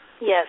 Yes